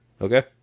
Okay